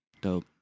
Dope